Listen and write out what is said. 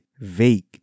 Vague